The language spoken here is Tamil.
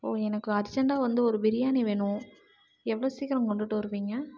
ப்ரோ எனக்கு அர்ஜென்ட்டாக வந்து ஒரு பிரியாணி வேணும் எவ்வளோ சீக்கிரம் கொண்டுகிட்டு வருவீங்க